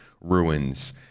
ruins